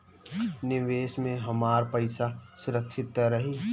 निवेश में हमार पईसा सुरक्षित त रही?